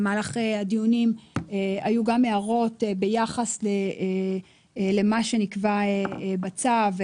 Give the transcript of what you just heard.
כשבמהלך הדיונים היו הערות ביחס למה שנקבע בצו.